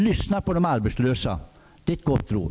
Lyssna på de arbetslösa -- det är ett gott råd.